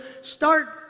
Start